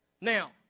Now